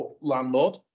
landlord